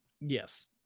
yes